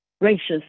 Gracious